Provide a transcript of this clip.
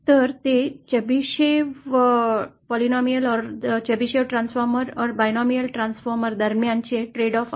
तर ते चेबेशेव्ह बहुपद किंवा चेबेशेव ट्रान्सफॉर्मर किंवा द्विपदी ट्रान्सफॉर्मर दरम्यान ट्रेड ऑफ आहे